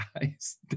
guys